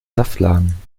saftladen